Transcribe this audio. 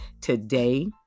Today